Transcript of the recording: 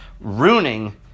ruining